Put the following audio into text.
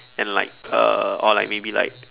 and like uh or like maybe like